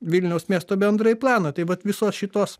vilniaus miesto bendrąjį planą tai vat visos šitos